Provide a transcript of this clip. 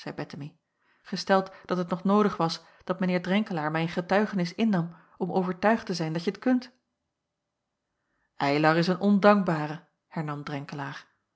gesteld dat het nog noodig was dat mijn heer drenkelaer mijn getuigenis innam om overtuigd te zijn dat je t kunt eylar is een ondankbare